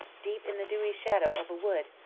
deep in the dewy shadow of a wood,